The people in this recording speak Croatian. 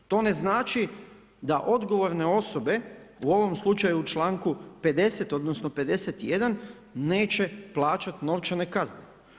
To ne znači da odgovorne osobe, u ovom slučaju u članku 50. odnosno 51. neće plaćati novčane kazne.